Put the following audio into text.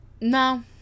no